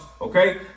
okay